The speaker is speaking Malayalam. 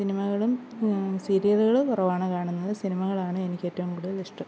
സിനിമകളും സീരിയലുകൾ കുറവാണ് കാണുന്നത് സിനിമകളാണ് എനിക്ക് ഏറ്റവും കൂടുതൽ ഇഷ്ടം